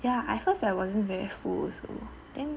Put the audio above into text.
ya at first I wasn't very full also